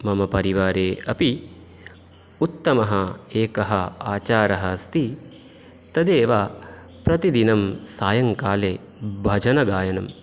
मम परिवारे अपि उत्तमः एकः आचारः अस्ति तदेव प्रतिदिनं सायङ्काले भजनगायनम्